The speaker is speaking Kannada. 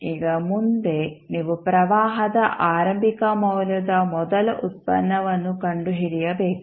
ಈಗ ಮುಂದೆ ನೀವು ಪ್ರವಾಹದ ಆರಂಭಿಕ ಮೌಲ್ಯದ ಮೊದಲ ಉತ್ಪನ್ನವನ್ನು ಕಂಡುಹಿಡಿಯಬೇಕು